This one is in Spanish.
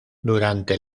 durante